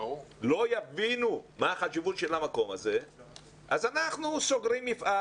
לא יבינו את מה החשיבות של המקום הזה אז אנחנו סוגרים מפעל